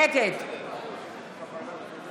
נגד